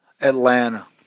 Atlanta